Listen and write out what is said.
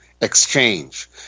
exchange